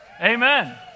amen